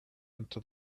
into